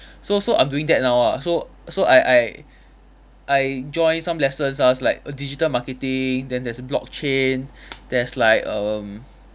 so so I'm doing that now ah so so I I I join some lessons ah like digital marketing then there's blockchain there's like um